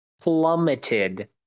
plummeted